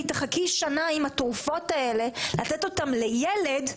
תחכי שנה עם התרופות האלה לתת אותן לילד,